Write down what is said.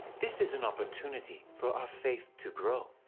this is an opportunity for our faith to grow.